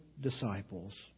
disciples